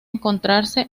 encontrarse